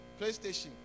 PlayStation